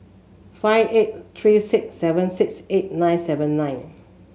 five eight three six seven six eight nine seven nine